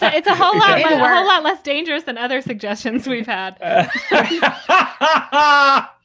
ah it's a um ah lot less dangerous than other suggestions we've had ah but